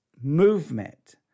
Movement